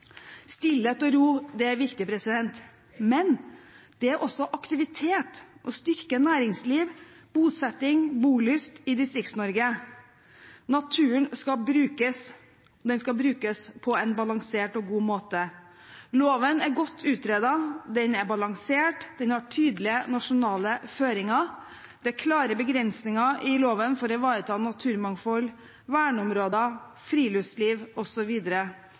Stillhet og ro er viktig, men det er også aktivitet – å styrke næringsliv, bosetting, bolyst i Distrikts-Norge. Naturen skal brukes, og den skal brukes på en balansert og god måte. Loven er godt utredet, den er balansert, den har tydelige nasjonale føringer, det er klare begrensninger i loven for å ivareta naturmangfold, verneområder, friluftsliv